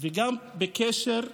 וגם בקשר לנשירה.